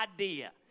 idea